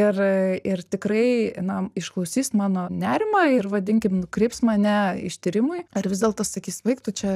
ir ir tikrai na išklausys mano nerimą ir vadinkim nukreips mane ištyrimui ar vis dėlto sakys baik tu čia